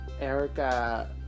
Erica